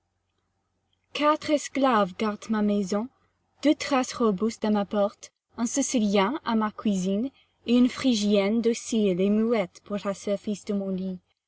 quatre esclaves gardent ma maison deux thraces robustes à ma porte un sicilien à ma cuisine et une phrygienne docile et muette pour le service de mon lit